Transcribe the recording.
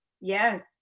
Yes